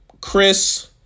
Chris